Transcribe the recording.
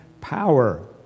power